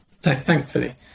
Thankfully